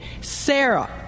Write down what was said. Sarah